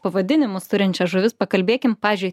pavadinimus turinčias žuvis pakalbėkim pavyzdžiui